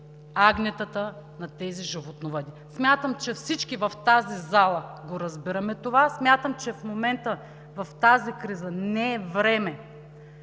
агнетата на тези животновъди. Смятам, че всички в тази зала разбираме това. Смятам, че в момента в тази криза не е време